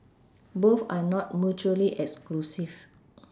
both are not mutually exclusive